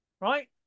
Right